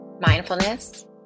mindfulness